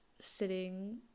sitting